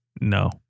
No